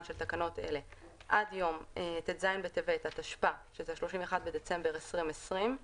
של תקנות אלה עד יום ט"ז בטבת התשפ"א (31 בדצמבר 2020) (להלן,